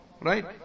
right